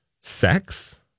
sex